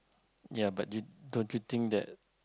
ya but you don't you think that